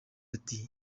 ati